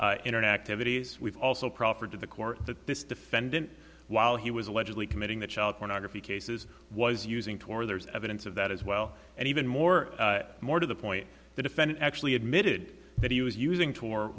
internet activities we've also proffered to the court that this defendant while he was allegedly committing the child pornography cases was using tor there's evidence of that as well and even more more to the point the defendant actually admitted that he was using tor